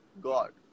God